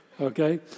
okay